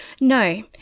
No